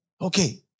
Okay